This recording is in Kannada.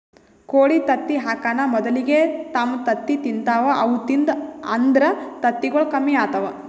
ಕೋಳಿ ತತ್ತಿ ಹಾಕಾನ್ ಮೊದಲಿಗೆ ತಮ್ ತತ್ತಿ ತಿಂತಾವ್ ಅವು ತಿಂದು ಅಂದ್ರ ತತ್ತಿಗೊಳ್ ಕಮ್ಮಿ ಆತವ್